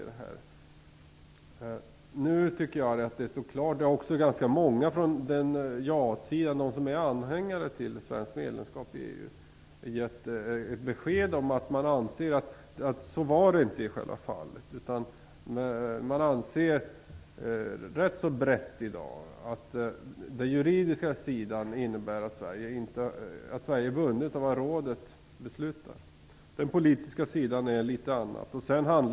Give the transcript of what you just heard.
Nu har ganska många från ja-sidan, anhängare av svenskt medlemskap i EU, ganska klart givit besked om att man anser att det i själva verket inte var så. Man anser i dag rätt så brett att Sverige juridiskt sett är bundet av det som rådet beslutar. På den politiska sidan är förhållandet litet annorlunda.